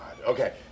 Okay